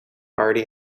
already